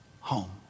home